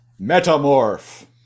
Metamorph